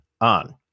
on